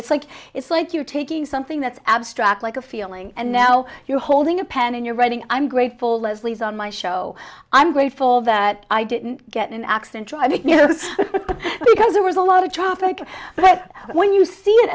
it's like it's like you're taking something that's abstract like a feeling and now you're holding a pen and you're writing i'm grateful lesley's on my show i'm grateful that i didn't get in an accident you know because there was a lot of traffic but when you see it